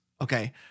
okay